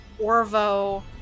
Orvo